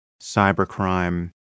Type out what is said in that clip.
cybercrime